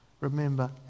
remember